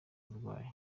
uburwayi